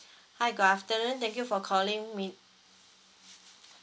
hi good afternoon thank you for calling